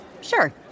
sure